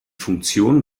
funktion